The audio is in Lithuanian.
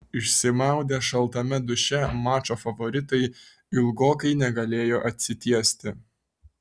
išsimaudę šaltame duše mačo favoritai ilgokai negalėjo atsitiesti